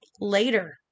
Later